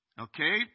Okay